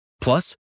Plus